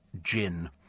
Gin